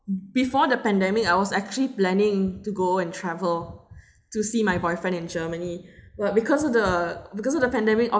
before the pandemic I was actually planning to go and travel to see my boyfriend in germany but because of the because of the pandemic